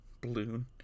Balloon